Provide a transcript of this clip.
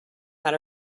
had